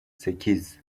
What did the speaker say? sekiz